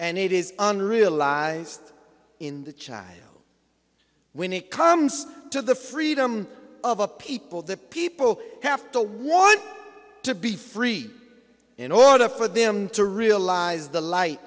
and it is unrealized in the child when it comes to the freedom of a people the people have to want to be free in order for them to realize the light